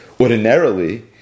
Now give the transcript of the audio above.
Ordinarily